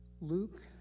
Luke